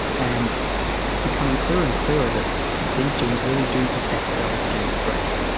and it's becoming clearer and clearer that these genes really do protect cells against stress.